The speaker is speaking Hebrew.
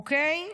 אוקיי?